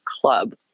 club